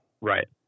Right